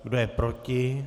Kdo je proti?